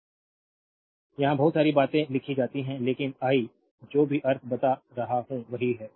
slide time देखें 1152 यहां बहुत सारी बातें लिखी जाती हैं लेकिन आई जो भी अर्थ बता रहा हूं वही है